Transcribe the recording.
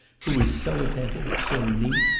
who was so attentive, so neat,